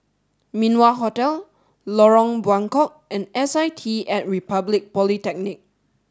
Min Wah Hotel Lorong Buangkok and S I T at Republic Polytechnic